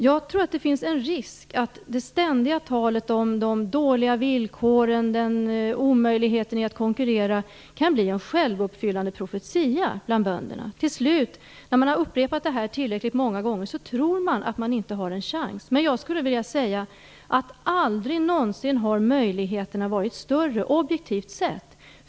Jag tror att det finns en risk att det ständiga talet om de dåliga villkoren, omöjligheten att konkurrera blir en självuppfyllande profetia bland böndera. Till slut, när man har upprepat det tillräckligt många gånger, tror man inte att man har en chans. Aldrig någonsin har möjligheterna varit större objektivt sett.